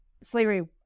slavery